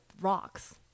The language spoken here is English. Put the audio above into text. rocks